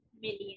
million